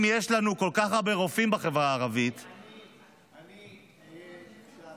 אם יש לנו כל כך הרבה רופאים בחברה הערבית --- אני אהיה עכשיו